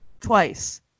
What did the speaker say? Twice